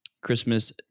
Christmas